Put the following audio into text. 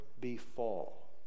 befall